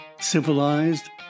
civilized